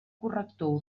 corrector